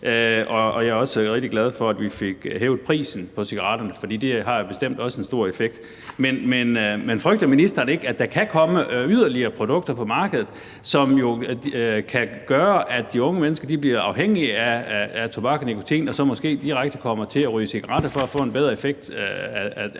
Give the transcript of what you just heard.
Jeg er også rigtig glad for, at vi fik hævet prisen på cigaretterne, for det har bestemt også en stor effekt. Men frygter ministeren ikke, at der kan komme yderligere produkter på markedet, som jo kan gøre, at de unge mennesker bliver afhængige af tobak og nikotin og så måske direkte kommer til at ryge cigaretter på lidt længere sigt for at få en bedre effekt af den